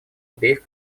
обеих